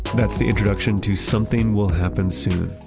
that's the introduction to something will happen soon,